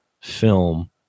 film